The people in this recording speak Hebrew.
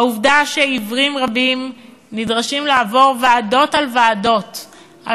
העובדה שעיוורים רבים נדרשים לעבור ועדות על